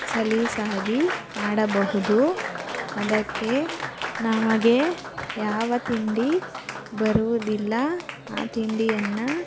ಸಲೀಸಾಗಿ ಮಾಡಬಹುದು ಅದಕ್ಕೆ ನಮಗೆ ಯಾವ ತಿಂಡಿ ಬರುವುದಿಲ್ಲ ಆ ತಿಂಡಿಯನ್ನು